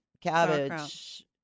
cabbage